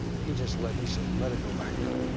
he just let he said, let it go bankrupt,